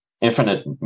infinite